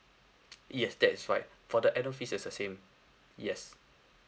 yes that is right for the annual fees is a s~ same yes